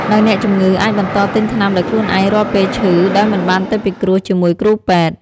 ដោយអ្នកជំងឺអាចបន្តទិញថ្នាំដោយខ្លួនឯងរាល់ពេលឈឺ ដោយមិនបានទៅពិគ្រោះជាមួយគ្រូពេទ្យ។